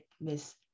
Miss